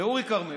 לאורי כרמל,